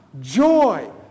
joy